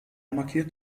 markiert